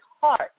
heart